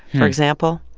for example,